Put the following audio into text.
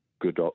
good